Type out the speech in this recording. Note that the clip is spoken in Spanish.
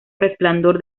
resplandor